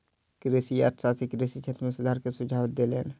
कृषि अर्थशास्त्री कृषि क्षेत्र में सुधार के सुझाव देलैन